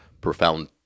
profound